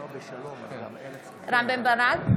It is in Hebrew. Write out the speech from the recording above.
בעד רם בן ברק,